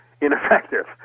ineffective